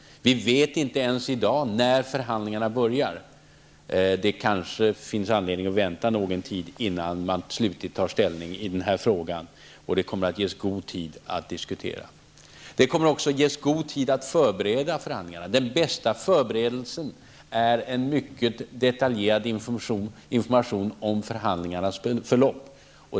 Vi vet inte ens i dag när förhandlingarna börjar. Det finns kanske anledning att vänta någon tid, innan man slutgiltigt tar ställning i denna fråga. Det kommer att finnas mycket tid för diskussion. Det kommer också att ges god tid för att man skall kunna förbereda förhandlingarna. Den bästa förberedelsen är en mycket detaljerad information om förhandlingarnas förlopp.